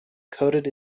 coded